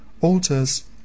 altars